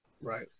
Right